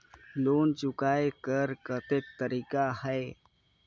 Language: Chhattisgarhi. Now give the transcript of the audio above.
लोन चुकाय कर कतेक तरीका है?